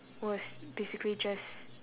was basically just